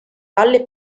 valle